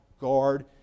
guard